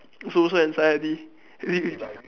social anxiety